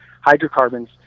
hydrocarbons